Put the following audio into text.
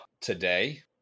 today